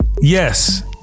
yes